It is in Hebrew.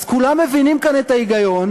אז כולם מבינים כאן את ההיגיון,